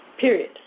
Period